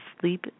Sleep